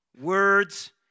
words